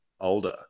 older